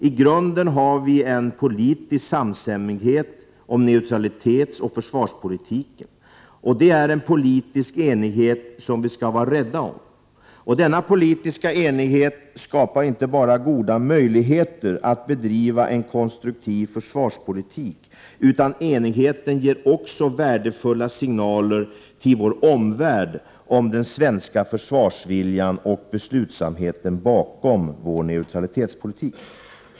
I grunden har vi en politisk samstämmighet om neutralitetsoch försvarspolitiken. Det är en politisk enighet som vi skall vara rädda om. Denna politiska enighet skapar inte bara goda möjligheter att bedriva en konstruktiv försvarspolitik, utan enigheten ger också värdefulla signaler till vår omvärld om den svenska försvarsviljan och beslutsamheten bakom vår neutralitetspolitik.